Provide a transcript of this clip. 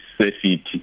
safety